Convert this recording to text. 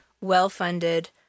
well-funded